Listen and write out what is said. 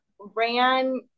ran